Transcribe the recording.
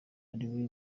ariwe